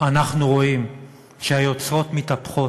אנחנו רואים שהיוצרות מתהפכים